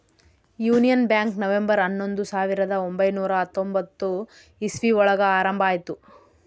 union bank November ಹನ್ನೊಂದು ಸಾವಿರದ ಒಂಬೈನುರ ಹತ್ತೊಂಬತ್ತು ಇಸ್ವಿ ಒಳಗ ಆರಂಭ ಆಯ್ತು